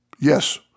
Yes